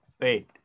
wait